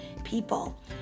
people